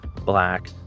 black